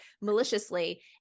maliciously